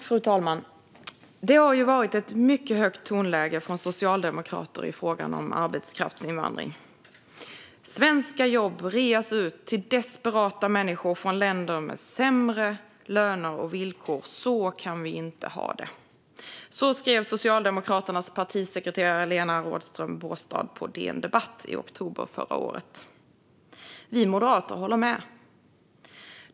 Fru talman! Det har varit ett mycket högt tonläge från socialdemokrater i frågan om arbetskraftsinvandring. "Svenska jobb reas ut till desperata människor från länder med sämre löner och villkor. Så kan vi inte ha det." Så skrev Socialdemokraternas partisekreterare Lena Rådström Baastad på DN Debatt i oktober förra året. Vi moderater håller med.